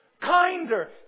kinder